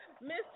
Miss